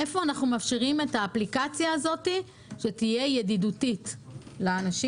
איפה אנחנו מאפשרים את האפליקציה הזאת שתהיה ידידותית לאנשים?